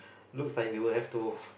looks like we would have to